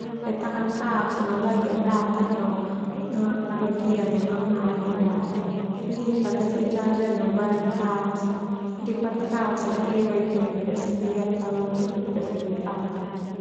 letakkan kaos no bagian datar no lipat kaos dadi bagian persegi tasona persegi panjang.